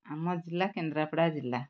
ଆମ ଜିଲ୍ଲା କେନ୍ଦ୍ରାପଡ଼ା ଜିଲ୍ଲା